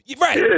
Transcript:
Right